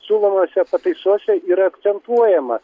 siūlomose pataisose yra akcentuojama